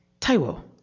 Taiwo